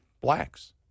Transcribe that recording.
Blacks